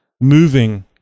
moving